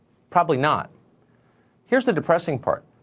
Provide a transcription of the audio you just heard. probably not here's the depressing part.